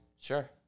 Sure